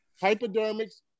Hypodermics